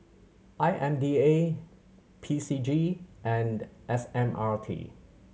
I M D A P C G and S M R T